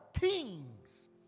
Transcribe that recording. kings